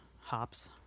hops